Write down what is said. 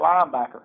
linebacker